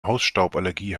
hausstauballergie